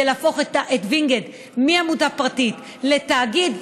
להפוך את וינגייט מעמותה פרטית לתאגיד,